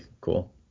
cool